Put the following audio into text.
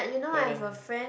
burden